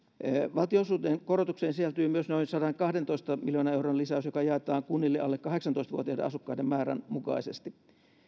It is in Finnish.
valtionosuuden korotukseen sisältyy myös noin sadankahdentoista miljoonan euron lisäys joka jaetaan kunnille alle kahdeksantoista vuotiaiden asukkaiden määrän mukaisesti